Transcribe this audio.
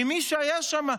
ממי שהיה שם,